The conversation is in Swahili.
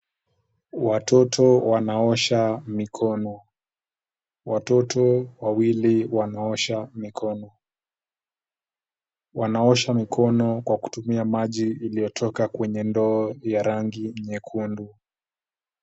Watoto wanaosha mikono. Watoto wawili wanaosha mikono. Wanaosha mikono kwa kutumia maji iliyotoka kwenye ndoo ya rangi nyekundu.